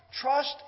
Trust